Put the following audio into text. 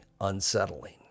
unsettling